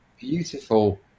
beautiful